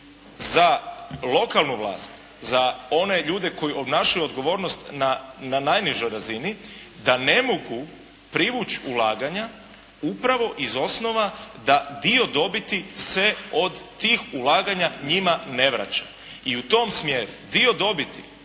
za lokalnu vlast, za one ljude koji obnašaju odgovornost na najnižoj razini da ne mogu privući ulaganja upravo iz osnova da dio dobiti se od tih ulaganja njima ne vraća. I u tom smjeru dio dobiti